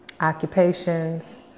occupations